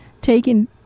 taking